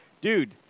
dude